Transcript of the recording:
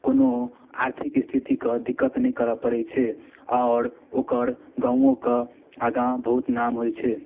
कोनो आर्थिक स्थितिके दिक्कत नहि करऽ पड़ै छै आओर ओकर गामोके आगाँ बहुत नाम होइ छै